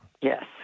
Yes